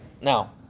Now